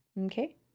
Okay